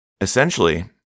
Essentially